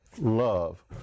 love